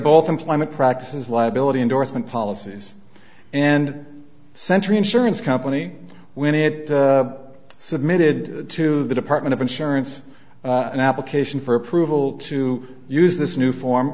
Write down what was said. employment practices liability endorsement policies and century insurance company when it submitted to the department of insurance an application for approval to use this new form